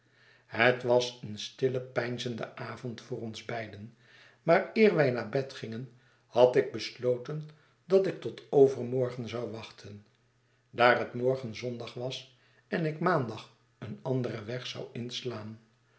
het was een stille peinzende avond voor ons beiden maar eer wij naar bed gingen had ik besloten dat ik tot overmorgen zou wachten daar het morgen zondag was en ik maandag een anderen weg zou inslaan